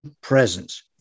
presence